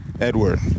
Edward